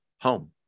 home